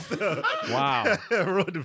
Wow